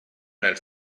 nel